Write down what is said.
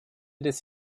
des